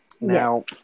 Now